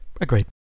agreed